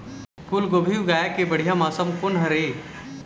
फूलगोभी उगाए के बढ़िया मौसम कोन हर ये?